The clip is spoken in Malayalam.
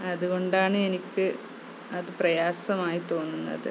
അതുകൊണ്ടാണ് എനിക്ക് അത് പ്രയാസമായി തോന്നുന്നത്